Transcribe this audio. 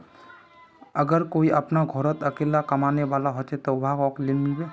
अगर कोई अपना घोरोत अकेला कमाने वाला होचे ते वहाक लोन मिलबे?